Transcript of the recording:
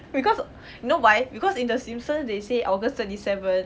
because you know why because in the simpson's they say august twenty seventh